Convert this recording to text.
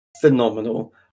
phenomenal